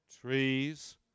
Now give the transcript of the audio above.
trees